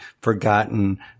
forgotten